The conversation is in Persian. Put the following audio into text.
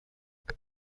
خودش